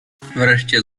wreszcie